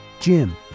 Jim